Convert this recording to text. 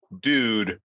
dude